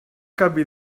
canvi